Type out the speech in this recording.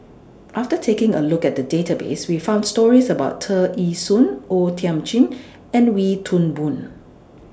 after taking A Look At The Database We found stories about Tear Ee Soon O Thiam Chin and Wee Toon Boon